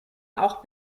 auch